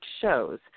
shows